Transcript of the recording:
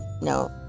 No